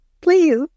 please